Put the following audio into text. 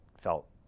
felt